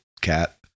Cat